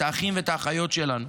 את האחים ואת האחיות שלנו.